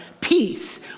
peace